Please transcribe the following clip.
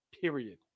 Period